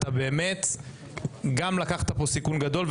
גם לקחת פה סיכון גדול,